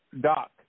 Doc